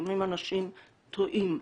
לפעמים אנשים טועים,